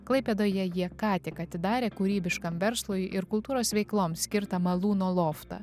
klaipėdoje jie ką tik atidarė kūrybiškam verslui ir kultūros veikloms skirtą malūno loftą